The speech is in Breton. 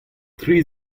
tri